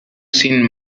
seen